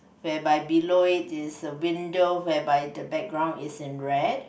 whereby below it is a window whereby the background is in red